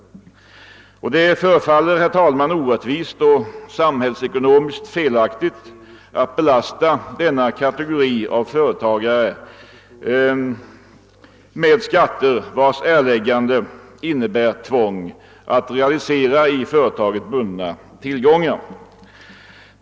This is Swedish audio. Det förefaller, herr talman, orättvist och samhällsekonomiskt felaktigt att belasta denna kategori av företagare med skatter vilkas erläggande innebär tvång att realisera i företaget bundna tillgångar.